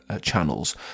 channels